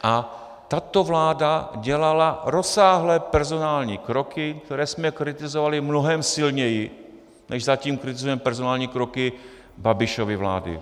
A tato vláda dělala rozsáhlé personální kroky, které jsme kritizovali mnohem silněji, než zatím kritizujeme personální kroky Babišovy vlády.